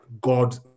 God